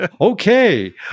Okay